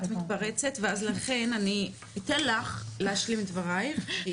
את מתפרצת ואז לכן אני אתן לך להשלים את דבריך,